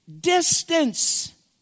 Distance